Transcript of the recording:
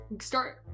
start